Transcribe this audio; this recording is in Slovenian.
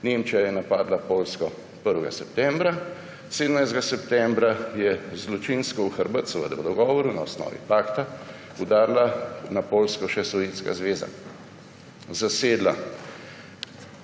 Nemčija je napadla Poljsko 1. septembra, 17. septembra je zločinsko, seveda v hrbet, po dogovoru na osnovi pakta udarila na Poljsko še Sovjetska zveza, zasedla